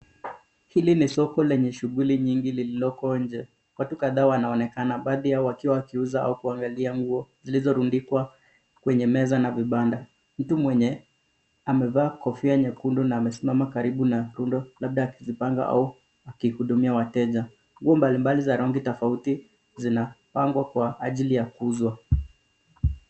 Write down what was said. Hili ni soko lenye shughuli nyingi lililoko nje. Watu kadhaa wanaonekana, baadhi yao wakiwa wakiuza au kuangalia nguo, zilizorundikwa kwenye meza na vibanda. Mtu mwenye amevaa kofia nyekundu na amesimama karibu na rundo labda akizipanga ua akihudumia wateja. Nguo mbali mbali za rangi tofauti zinapangwa kwa ajili ya kuuzwa.